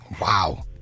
Wow